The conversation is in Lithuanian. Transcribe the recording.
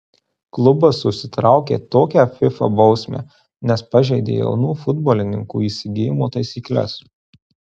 klubas užsitraukė tokią fifa bausmę nes pažeidė jaunų futbolininkų įsigijimo taisykles